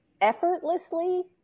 effortlessly